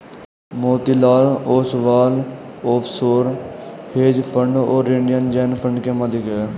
Motilal Oswal offshore hedge fund और India zen fund के मालिक हैं